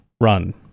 run